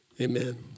Amen